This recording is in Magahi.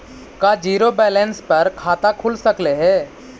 का जिरो बैलेंस पर खाता खुल सकले हे?